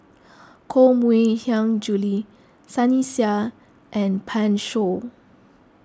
Koh Mui Hiang Julie Sunny Sia and Pan Shou